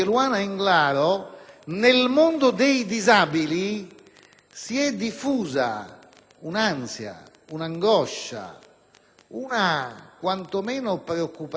si è diffusa un'ansia, un'angoscia, quantomeno una preoccupazione che richiedeva, dal mio punto di vista,